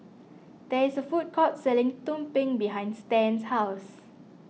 there is a food court selling Tumpeng behind Stan's house